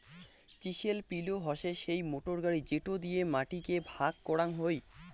chisel পিলও হসে সেই মোটর গাড়ি যেটো দিয়ে মাটি কে ভাগ করাং হই